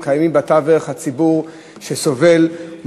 בתווך קיים הציבור שסובל,